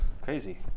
crazy